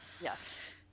Yes